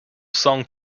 song